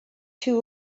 too